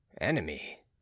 Enemy